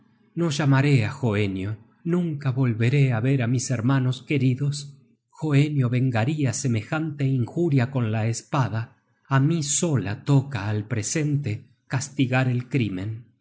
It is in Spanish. no llamaré á hoenio nunca volveré á ver mis hermanos queridos hoenio vengaria semejante injuria con la espada á mí sola toca al presente castigar el crímen